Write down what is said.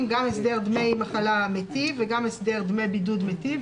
גם הסדר דמי מחלה מיטיב וגם הסדר דמי בידוד מיטיב,